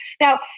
Now